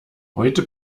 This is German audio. heute